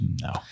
No